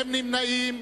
אין נמנעים.